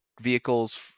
vehicles